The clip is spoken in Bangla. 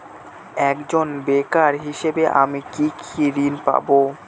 একজন বেকার হিসেবে আমি কি কি ঋণ পাব?